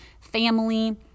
family